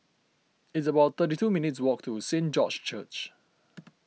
it's about thirty two minutes' walk to Saint George's Church